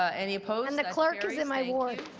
ah any opposed. the clerk is in my ward.